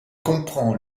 comprend